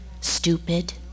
stupid